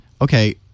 okay